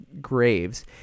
graves